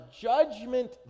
judgment